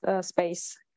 space